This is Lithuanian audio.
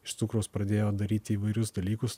iš cukraus pradėjo daryti įvairius dalykus